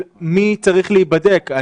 מי צריך להיבדק,